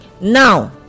now